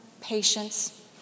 patience